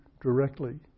directly